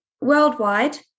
worldwide